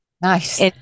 nice